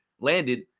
landed